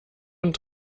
und